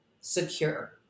secure